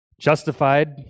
justified